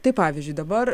tai pavyzdžiui dabar